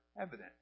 evident